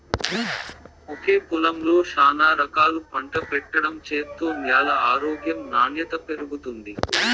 ఒకే పొలంలో శానా రకాలు పంట పెట్టడం చేత్తే న్యాల ఆరోగ్యం నాణ్యత పెరుగుతుంది